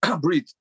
Breathe